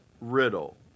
Riddle